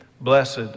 Blessed